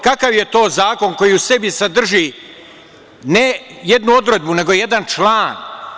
Kakav je to zakon koji u sebi sadrži ne jednu odredbu, nego jedan član?